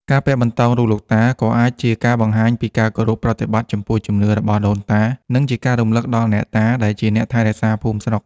ការពាក់បន្តោងរូបលោកតា ក៏អាចជាការបង្ហាញពីការគោរពប្រតិបត្តិចំពោះជំនឿរបស់ដូនតា និងជាការរំឭកដល់អ្នកតាដែលជាអ្នកថែរក្សាភូមិស្រុក។